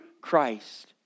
Christ